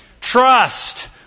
trust